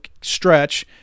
stretch